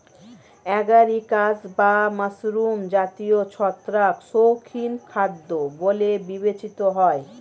agaricus বা mushroom জাতীয় ছত্রাক শৌখিন খাদ্য বলে বিবেচিত হয়